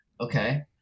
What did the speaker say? Okay